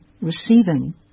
receiving